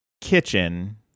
Kitchen